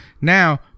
Now